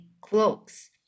cloaks